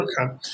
okay